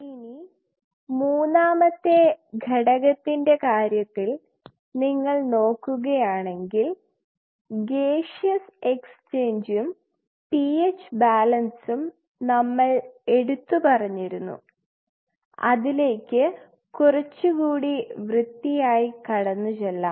ഇനി മൂന്നാമത്തെ ഘടകത്തിൻറെ കാര്യത്തിൽ നിങ്ങൾ നോക്കുകയാണെങ്കിൽ ഗെഷിയസ് എക്സ്ചേഞ്ചും pH ബാലൻസും നമ്മൾ എടുത്തു പറഞ്ഞിരുന്നു അതിലേക്ക് കുറച്ചുകൂടി വൃത്തിയായി കടന്നുചെല്ലാം